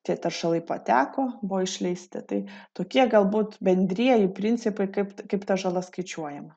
tie teršalai pateko buvo išleisti tai tokie galbūt bendrieji principai kaip kaip ta žala skaičiuojama